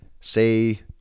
Say